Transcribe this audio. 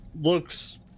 looks